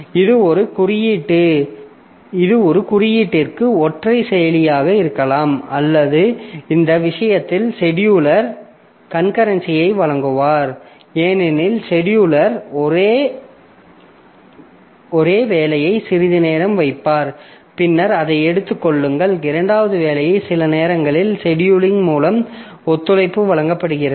இது ஒரு குறியீட்டிற்கு ஒற்றை செயலியாக இருக்கலாம் அல்லது அந்த விஷயத்தில் செடியூலர் கன்கரன்சியை வழங்குவார் ஏனெனில் செடியூலர் ஒரு வேலையை சிறிது நேரம் வைப்பார் பின்னர் அதை எடுத்துக் கொள்ளுங்கள் இரண்டாவது வேலையை சில நேரங்களில் செடியூலிங் மூலம் ஒத்துழைப்பு வழங்கப்படுகிறது